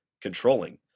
controlling